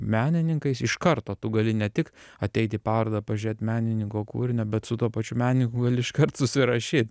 menininkais iš karto tu gali ne tik ateit į parodą pažiūrėt menininko kūrinio bet su tuo pačiu menininku gali iškart susirašyt